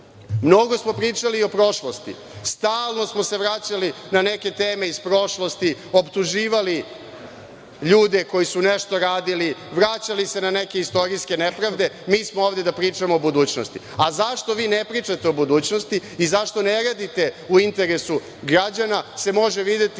smo pričali o prošlosti, stalno smo se vraćali na neke teme iz prošlosti, optuživali ljude koji su nešto radili, vraćali se na neke istorijske nepravde, mi smo ovde da pričamo o budućnosti. Zašto vi ne pričate o budućnosti i zašto ne radite u interesu građana se može videti